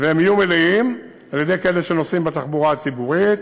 שהם יהיו מלאים על-ידי אלה שנוסעים בתחבורה הציבורית,